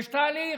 יש תהליך,